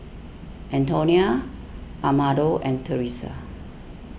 Antonio Amado and Teressa